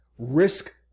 risk